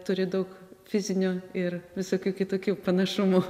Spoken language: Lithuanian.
turi daug fizinių ir visokių kitokių panašumų